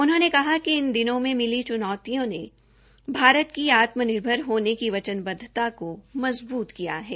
उन्होंने कहा कि इन दिनों में मिली च्नौतियों ने भारत की आत्म निर्भर होने की वचनबद्धता को मज़बूत किया है